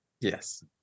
Yes